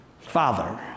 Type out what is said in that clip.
father